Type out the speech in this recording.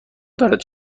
دارد